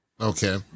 Okay